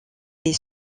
est